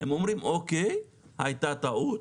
הם אומרים: אוקיי, הייתה טעות,